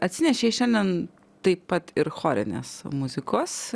atsinešei šiandien taip pat ir chorinės muzikos